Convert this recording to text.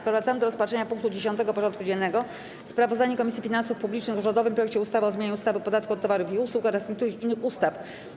Powracamy do rozpatrzenia punktu 10. porządku dziennego: Sprawozdanie Komisji Finansów Publicznych o rządowym projekcie ustawy o zmianie ustawy o podatku od towarów i usług oraz niektórych innych ustaw.